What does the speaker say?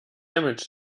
damage